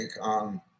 on